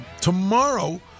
Tomorrow